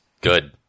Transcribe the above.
Good